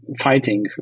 fighting